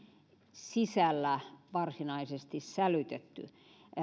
sisällä varsinaisesti sälytetty